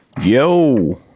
Yo